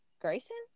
Grayson